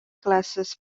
classes